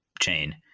chain